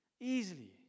Easily